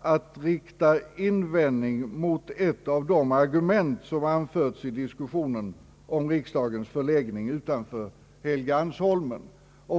att rikta invändning mot ett av de argument som anförts i diskussionen om riksdagens förläggning utanför Helgeandsholmen.